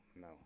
no